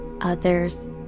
others